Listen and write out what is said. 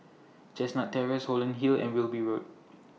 Chestnut Terrace Holland Hill and Wilby Road